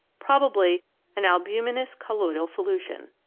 probably an albuminous colloidal solution.